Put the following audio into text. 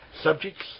subjects